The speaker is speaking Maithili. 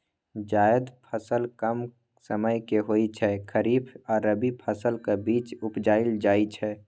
जाएद फसल कम समयक होइ छै खरीफ आ रबी फसलक बीच उपजाएल जाइ छै